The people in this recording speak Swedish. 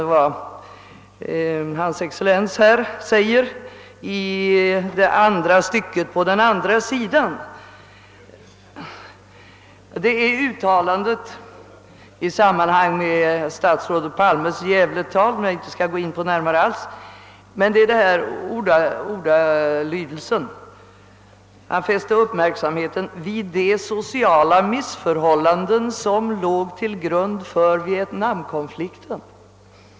Hans excellens ministern för utrikes ärendena nämner i svaret statsrådet Palmes Gävle-tal — som jag i övrigt inte skall gå närmare in på — vari herr Palme fäste »uppmärksamheten vid de sociala missförhållanden, som låg till grund för vietnamkonflikten».